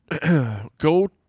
Go